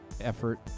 effort